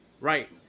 Right